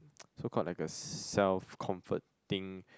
so called like a self comforting